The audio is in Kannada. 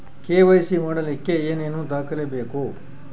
ಕೆ.ವೈ.ಸಿ ಮಾಡಲಿಕ್ಕೆ ಏನೇನು ದಾಖಲೆಬೇಕು?